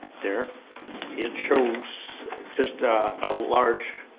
there it shows just a large